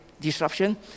disruption